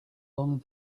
only